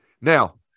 now